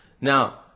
Now